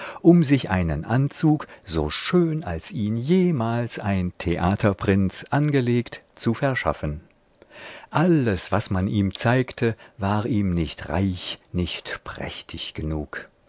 um sich einen anzug so schön als ihn jemals ein theaterprinz angelegt zu verschaffen alles was man ihm zeigte war ihm nicht reich nicht prächtig genug